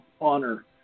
honor